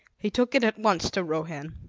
he took it at once to rohan.